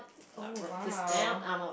oh !wow!